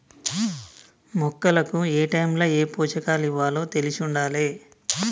మొక్కలకు ఏటైముల ఏ పోషకాలివ్వాలో తెలిశుండాలే